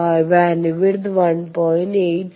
bandwidth 1